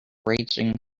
raging